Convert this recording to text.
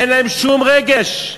אין להם שום רגש.